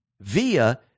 via